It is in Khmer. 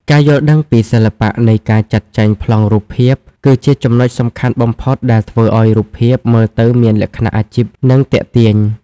ការយល់ដឹងពីសិល្បៈនៃការចាត់ចែងប្លង់រូបភាព គឺជាចំណុចសំខាន់បំផុតដែលធ្វើឱ្យរូបភាពមើលទៅមានលក្ខណៈអាជីព និងទាក់ទាញ។